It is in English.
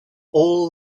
all